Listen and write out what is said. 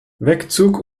wegzug